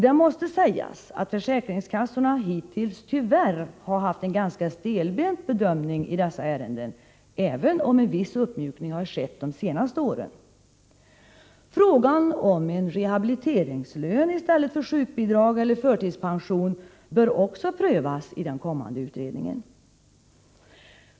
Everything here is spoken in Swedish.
Det måste sägas att försäkringskassorna hittills tyvärr har gjort en ganska stelbent bedömning i dessa ärenden, även om en viss uppmjukning skett de senaste åren. Frågan om en rehabiliteringslön i stället för sjukbidrag eller förtidspension bör också prövas i den kommande utredningen.